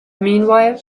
meanwhile